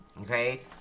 Okay